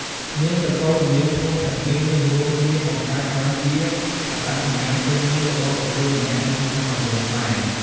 នាមត្រកូល និងនាមឈ្មោះទាំងពីរនេះរួមគ្នាបង្កើតបានជាអត្តសញ្ញាណពេញលេញរបស់បុគ្គលម្នាក់នៅក្នុងសង្គមខ្មែរ។